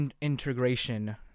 integration